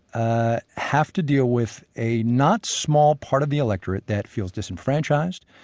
ah have to deal with a not small part of the electorate that feels disenfranchised,